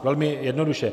Velmi jednoduše.